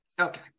Okay